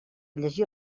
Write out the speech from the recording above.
llegir